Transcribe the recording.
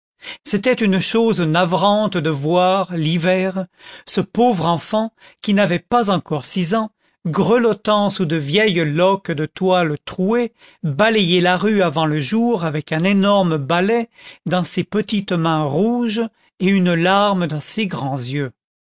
c'était une chose navrante de voir l'hiver ce pauvre enfant qui n'avait pas encore six ans grelottant sous de vieilles loques de toile trouées balayer la rue avant le jour avec un énorme balai dans ses petites mains rouges et une larme dans ses grands yeux